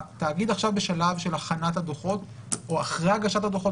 התאגיד עכשיו בשלב של הכנת הדוחות או אחרי הגשת הדוחות?